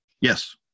Yes